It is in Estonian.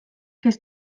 kes